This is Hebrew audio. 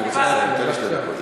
אני רוצה שתי דקות.